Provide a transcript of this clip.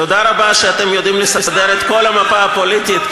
תודה רבה שאתם יודעים לסדר את כל המפה הפוליטית.